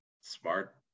smart